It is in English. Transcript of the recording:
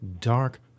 dark